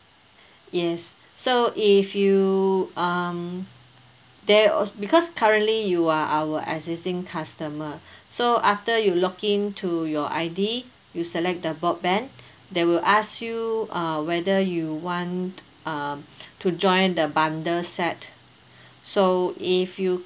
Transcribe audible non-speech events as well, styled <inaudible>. yes so if you um there because currently you are our existing customer <breath> so after you log in to your I_D you select the broadband they will ask you uh whether you want uh to join the bundle set so if you